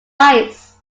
ice